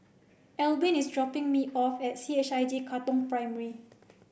Albin is dropping me off at C H I J Katong Primary